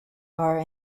are